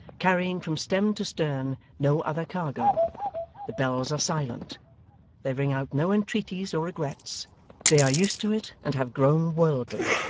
carrying from stem to stern no other cargo the bells are silent they ring out no entreaties or regrets they are used to it and have grown worldly.